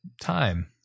time